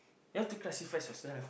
you have to crucifies yourself